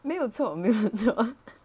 没有错没有错